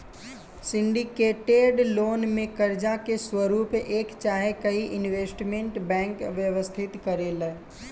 syndicated loan में कर्जा के स्वरूप एक चाहे कई इन्वेस्टमेंट बैंक व्यवस्थित करेले